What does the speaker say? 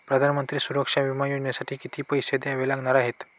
प्रधानमंत्री सुरक्षा विमा योजनेसाठी किती पैसे द्यावे लागणार आहेत?